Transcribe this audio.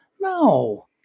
No